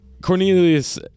Cornelius